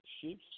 sheep